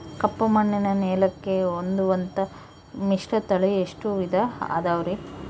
ಕಪ್ಪುಮಣ್ಣಿನ ನೆಲಕ್ಕೆ ಹೊಂದುವಂಥ ಮಿಶ್ರತಳಿ ಎಷ್ಟು ವಿಧ ಅದವರಿ?